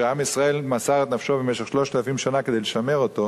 שעם ישראל מסר את נפשו במשך 3,000 שנה כדי לשמר אותה.